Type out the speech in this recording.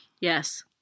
Yes